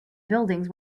buildings